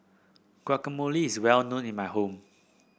guacamole is well known in my home